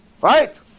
right